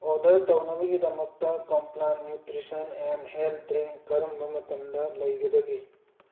order ꯇꯧꯅꯕꯒꯤꯗꯃꯛꯇ Complan nutrition and health drink ꯀꯔꯝꯕ ꯃꯇꯝꯗ ꯂꯩꯒꯗꯒꯦ